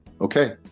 Okay